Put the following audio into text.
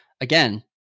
again